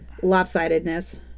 lopsidedness